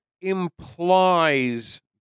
implies